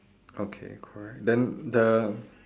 okay correct then the